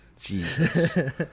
Jesus